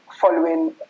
following